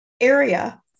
area